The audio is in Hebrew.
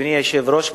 אדוני היושב-ראש,